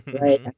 Right